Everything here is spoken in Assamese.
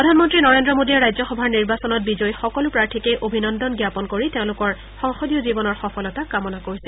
প্ৰধানমন্ত্ৰী নৰেন্দ্ৰ মোদীয়ে ৰাজ্যসভাৰ নিৰ্বাচনত বিজয়ী সকলো প্ৰাৰ্থীকে অভিনন্দন জ্ঞাপন কৰি তেওঁলোকৰ সংসদীয় জীৱনৰ সফলতা কামনা কৰিছে